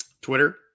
Twitter